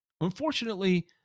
unfortunately